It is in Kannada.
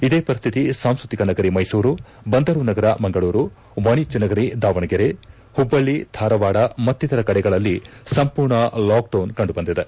ಇದೇ ಪರಿಸ್ಥಿತಿ ಸಾಂಸ್ಕೃತಿಕ ನಗರಿ ಮೈಸೂರು ಬಂದರು ನಗರ ಮಂಗಳೂರು ವಾಣಿಜ್ಯ ನಗರಿ ದಾವಣಗೆರೆ ಹುಬ್ಬಳ್ಳಿ ಧಾರವಾದ ಮತ್ತಿತರ ಕಡೆಗಳಲ್ಲಿ ಸಂಪೂರ್ಣ ಲಾಕ್ಡೌನ್ ಕಂಡುಬಂದಿದೆ